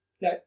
No